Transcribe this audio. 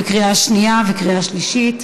בקריאה שנייה וקריאה שלישית.